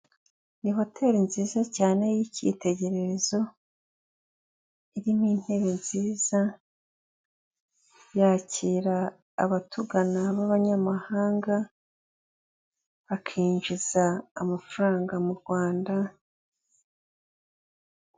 Ni hoteri nziza cyane y' icyitegererezo. Irimo intebe nziza, yakira abatugana b'abanyamahanga bakinjiza amafaranga mu Rwanda.